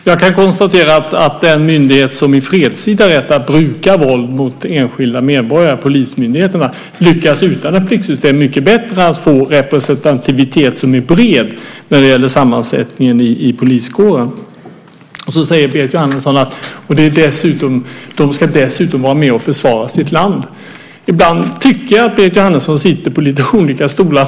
Fru talman! Jag kan konstatera att den myndighet som i fredstid har rätt att bruka våld mot enskilda medborgare, polismyndigheten, utan ett pliktsystem lyckas mycket bättre med att få en representativitet som är bred när det gäller sammansättningen i poliskåren. Berit Jóhannesson säger att de dessutom ska vara med och försvara sitt land. Ibland tycker jag att Berit Jóhannesson sitter på olika stolar.